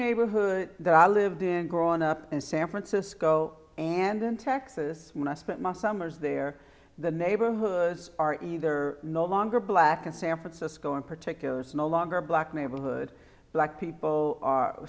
neighborhood that i lived in growing up in san francisco and in texas when i spent my summers there the neighborhoods are either no longer black and san francisco in particular is no longer a black neighborhood black people are